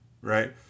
right